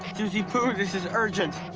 suzie-poo, this is urgent.